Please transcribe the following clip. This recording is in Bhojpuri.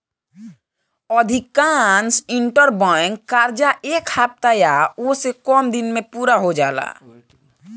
अधिकांश इंटरबैंक कर्जा एक हफ्ता या ओसे से कम दिन में पूरा हो जाला